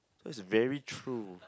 so it's very true